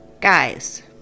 guys